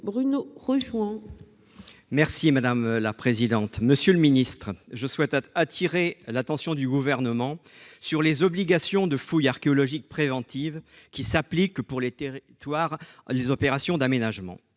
à Mme la ministre de la culture. Monsieur le ministre, je souhaite appeler l'attention du Gouvernement sur les obligations de fouilles archéologiques préventives qui s'appliquent aux opérations d'aménagement.